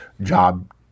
job